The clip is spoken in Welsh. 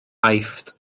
aifft